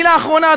מילה אחרונה,